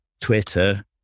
Twitter